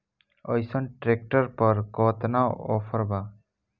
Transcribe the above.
अइसन ट्रैक्टर पर केतना ऑफर बा?